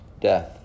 death